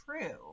true